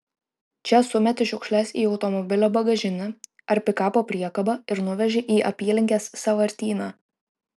čia sumeti šiukšles į automobilio bagažinę ar pikapo priekabą ir nuveži į apylinkės sąvartyną